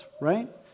right